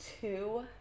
two